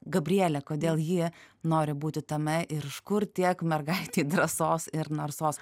gabrielę kodėl ji nori būti tame ir iš kur tiek mergaitei drąsos ir narsos